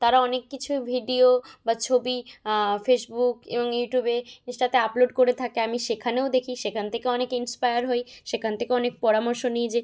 তারা অনেক কিছু ভিডিও বা ছবি ফেসবুক এবং ইউটিউবে ইনস্টাতে আপলোড করে থাকে আমি সেখানেও দেখি সেখান থেকেও অনেক ইন্সপায়ার হই সেখান থেকেও অনেক পরামর্শ নিই যে